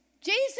Jesus